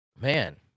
man